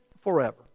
forever